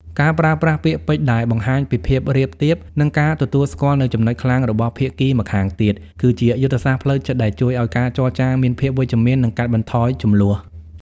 ការប្រើប្រាស់ពាក្យពេចន៍ដែលបង្ហាញពីភាពរាបទាប និងការទទួលស្គាល់នូវចំណុចខ្លាំងរបស់ភាគីម្ខាងទៀត គឺជាយុទ្ធសាស្ត្រផ្លូវចិត្តដែលជួយឱ្យការចរចាមានភាពវិជ្ជមាន និងកាត់បន្ថយជម្លោះ។